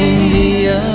India